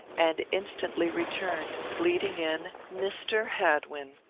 and instantly returned, leading in mr. hadwin!